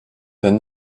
then